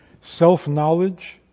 Self-knowledge